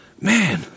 man